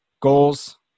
goals